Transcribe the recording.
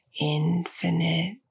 infinite